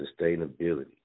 sustainability